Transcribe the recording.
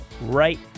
right